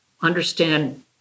understand